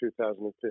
2015